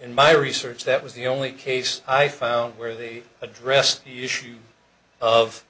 in my research that was the only case i found where they addressed the issue of